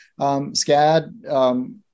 SCAD